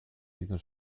dieser